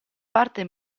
parte